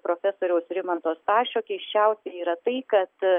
profesoriaus rimanto stašio keisčiausia yra tai kad